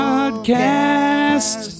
Podcast